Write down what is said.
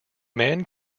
man